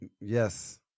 Yes